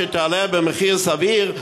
שתעלה במחיר סביר,